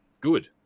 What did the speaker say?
good